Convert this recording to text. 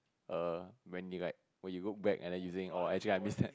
err when you guy when you look back and you think oh actually I miss that